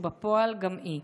ובפועל גם היא.